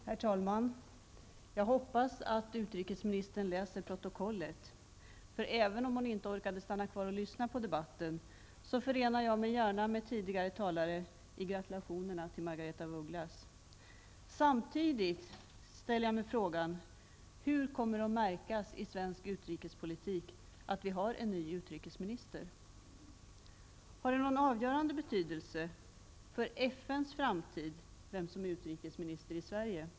Herr talman! Jag hoppas att utrikesministern läser protokollet. Även om hon inte orkade stanna kvar och lyssna på debatten förenar jag mig gärna med tidigare talare när det gäller gratulationerna till Margaretha af Ugglas. Samtidigt ställer jag frågan: Hur kommer det att märkas i svensk utrikespolitik att vi har en ny utrikesminister? Har det någon avgörande betydelse för FNs framtid vem som är utrikesminister i Sverige?